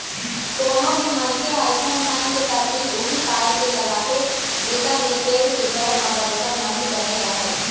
कोनो भी मनखे ह अइसन ढंग के तरकीब उही पाय के लगाथे जेखर ले पेड़ के जड़ म बरोबर नमी बने रहय